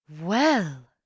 Well